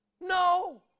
No